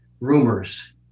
Rumors